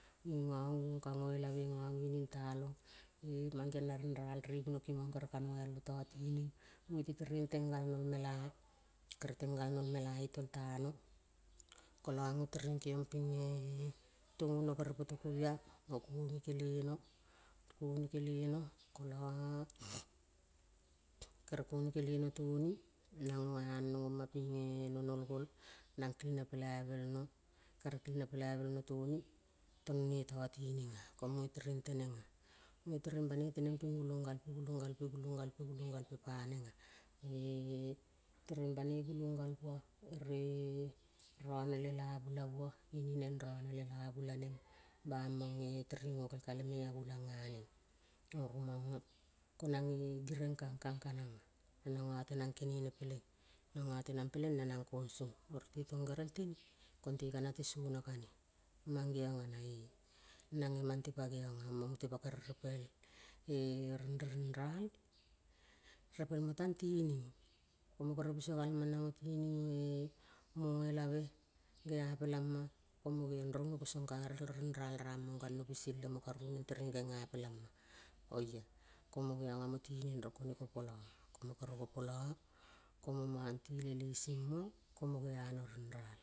Ngi nganguong ka ngoelave ngangining talong. E- mang geong na rinral re bunokimang kere ka noialo tatining. ngoeti tereng teng galnol mela. Kere teng galno imela itoltano. kola ngo tereng keong pinge tongo no poto kovia. ngo kongi kele no. Kongi kele no, kola kere kongi kele no tongi. Nang ngo anong oma pinge no nol gol nang kilnge pelaivel no. Kere kilnge pelaivelno toni. ton ne tatininga. Ko munge tereng tenenga. Munge tereng banoi teneng ping gulong galpe. gulong galpe. gulong galpe. gulong galpe panenga. E-tereng banoi gulong gal bua. ere rane lelavu la bua. ngi neng rane lelavu laneng. Bamong-e tereng ngokel kale me agulang aneng. Oro manga ko nange gireng kang kang kananga. Na nanga tenang kenene peleng. nanga tenang peleng na nang kong song. Oro tetong gerel tene konte mange ka nate sona kane. Mang geonga nae nang ngemang te pa geonga. Amange mute pa kere repel renra rinral repelmo tang tining. Komo kere biso gal mong namo tining-e moelave. geapela ma. komo geong rong-o kosong karel rinral ramong galo piseng omo karu neng tereng geapela ma oia. Komo geong amo tining rong kone kopola. Komo kere gopla, komo mang tile lesengmo komo geano ring ral.